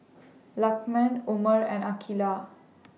Lukman Umar and Aqeelah